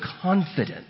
confident